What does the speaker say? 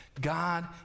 God